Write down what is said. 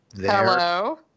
Hello